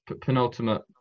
penultimate